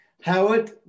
Howard